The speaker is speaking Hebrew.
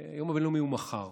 היום הבין-לאומי הוא מחר,